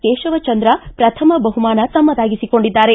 ಕೇಶವಚಂದ್ರ ಪ್ರಥಮ ಬಹುಮಾನ ತಮ್ಮದಾಗಿಸಿಕೊಂಡಿದ್ದಾರೆ